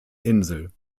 insel